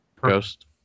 Ghost